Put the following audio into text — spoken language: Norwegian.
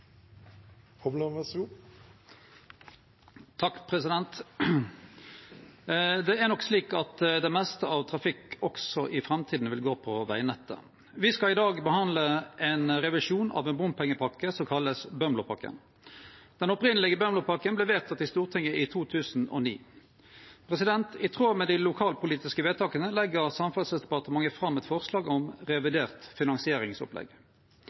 Det er nok slik at det meste av trafikken også i framtida vil gå på vegnettet. Me skal i dag behandle ein revisjon av ein bompengepakke som vert kalla Bømlopakken. Den opphavlege Bømlopakken vart vedteken i Stortinget i 2009. I tråd med dei lokalpolitiske vedtaka legg Samferdselsdepartementet fram eit forslag om revidert finansieringsopplegg.